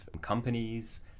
companies